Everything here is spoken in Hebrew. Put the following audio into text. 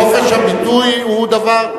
חופש הביטוי הוא דבר,